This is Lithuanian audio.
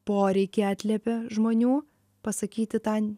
poreikį atliepia žmonių pasakyti tą